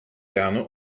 gerne